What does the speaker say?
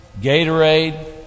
Gatorade